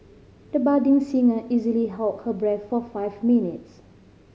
the budding singer easily held her breath for five minutes